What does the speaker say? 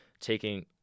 taking